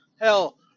Hell